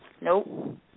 Nope